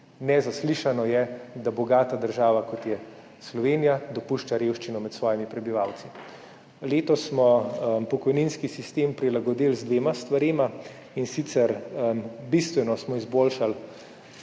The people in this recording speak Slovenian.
nezaslišano je, da bogata država, kot je Slovenija, dopušča revščino med svojimi prebivalci. Letos smo pokojninski sistem prilagodili z dvema stvarema, in sicer, bistveno smo izboljšali